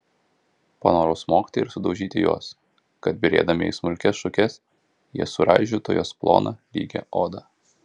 panorau smogti ir sudaužyti juos kad byrėdami į smulkias šukes jie suraižytų jos ploną lygią odą